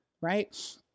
Right